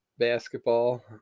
Basketball